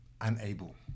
unable